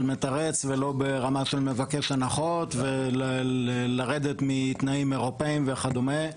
מתרץ ולא ברמה של מבקש הנחות ולרדת מתנאים אירופים וכדומה.